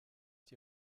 die